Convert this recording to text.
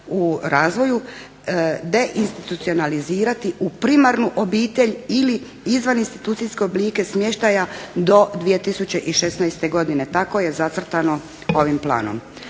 u razvoju deinstitucionalizirati u primarnu obitelj ili izvan institucijske oblike smještaja do 2016. godine. Tako je zacrtano ovim planom.